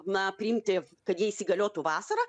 na priimti kad jie įsigaliotų vasarą